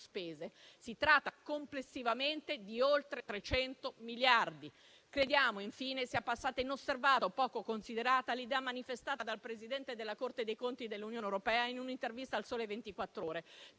spese. Si tratta complessivamente di oltre 300 miliardi di euro. Crediamo infine sia passata inosservata o sia stata poco considerata l'idea manifestata dal Presidente della Corte dei conti europea, Tony Murphy, in un'intervista a «Il Sole 24 Ore»